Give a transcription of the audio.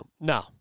no